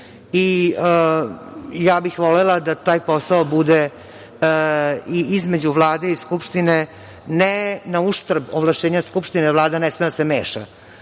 bih da taj posao bude između Vlade i Skupštine, ne na uštrb ovlašćenja Skupštine. Vlada ne sme da se meša